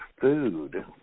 food